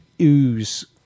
ooze